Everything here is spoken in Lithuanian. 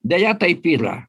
deja taip yra